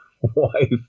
wife